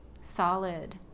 solid